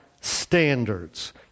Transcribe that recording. standards